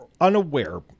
unaware